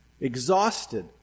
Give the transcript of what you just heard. exhausted